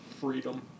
Freedom